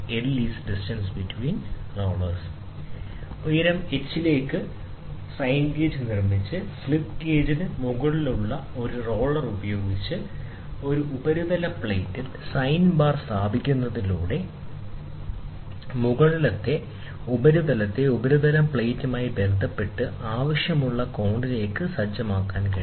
h L × sin Where h height difference between the rollers L distance between the rollers ഉയരം h ലേക്ക് sine gauge നിർമ്മിച്ച് slip ഗേജിന് മുകളിൽ ഒരു roller ഉപയോഗിച്ച് ഒരു ഉപരിതല പ്ലേറ്റിൽ സൈൻ ബാർ സ്ഥാപിക്കുന്നതിലൂടെ മുകളിലെ ഉപരിതലത്തെ ഉപരിതല പ്ലേറ്റുമായി ബന്ധപ്പെട്ട് ആവശ്യമുള്ള കോണിലേക്ക് സജ്ജമാക്കാൻ കഴിയും